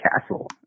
castle